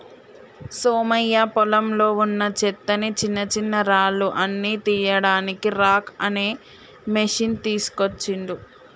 సోమయ్య పొలంలో వున్నా చెత్తని చిన్నచిన్నరాళ్లు అన్ని తీయడానికి రాక్ అనే మెషిన్ తీస్కోచిండు